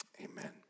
amen